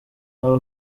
aba